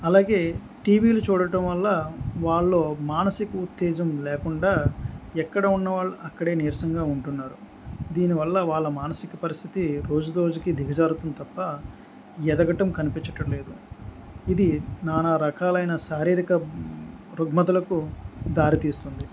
అలాగే TV లు చూడటం వల్ల వాళ్ళు మానసిక ఉత్తేజం లేకుండా ఎక్కడ ఉన్నవాళ్ళు అక్కడే నీరసంగా ఉంటున్నారు దీనివల్ల వాళ్ళ మానసిక పరిస్థితి రోజు రోజుకి దిగజారుతుంది తప్ప ఎదగటం కనిపించటం లేదు ఇది నానా రకాలైన శారీరిక రుగ్మతులకు దారితీస్తుంది